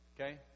Okay